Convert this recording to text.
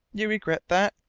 you regret that?